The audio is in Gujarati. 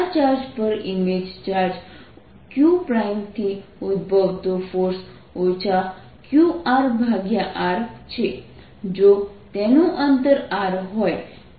આ ચાર્જ પર ઇમેજ ચાર્જ qથી ઉદભતો ફોર્સ qRr છે જો તેનું અંતર r હોય